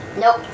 Nope